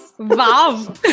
Wow